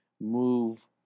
move